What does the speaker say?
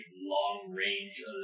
long-range